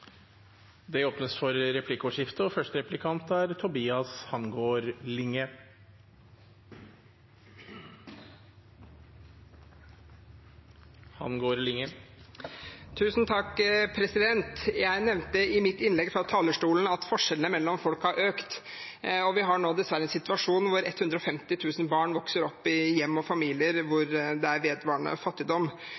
Det blir replikkordskifte. Jeg nevnte i mitt innlegg fra talerstolen at forskjellene mellom folk har økt, og vi har nå dessverre en situasjon hvor 150 000 barn vokser opp i hjem og familier hvor